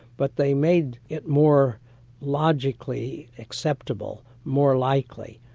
but they made it more logically acceptable, more likely.